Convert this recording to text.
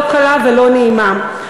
לא קלה ולא נעימה.